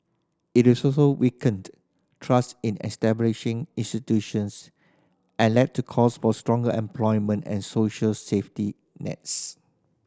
it is also weakened trust in establishing institutions and led to calls for stronger employment and social safety nets